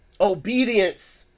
Obedience